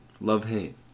Love-hate